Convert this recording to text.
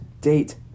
date